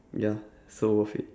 ya so worth it